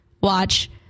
watch